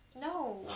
No